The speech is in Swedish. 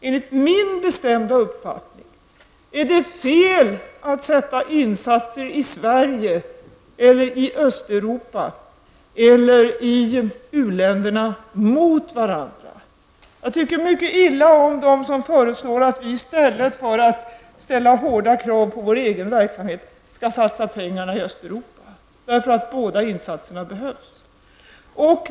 Enligt min bestämda uppfattning är det fel att ställa insatser i Sverige, i Östeuropa eller i u-länderna mot varandra. Jag tycker mycket illa om dem som föreslår att vi i stället för att ställa hårda krav på vår egen verksamhet skall satsa pengarna i Östeuropa. Båda insatserna behövs.